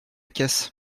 caisse